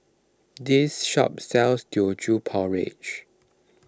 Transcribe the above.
this shop sells Teochew Porridge